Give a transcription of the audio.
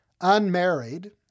unmarried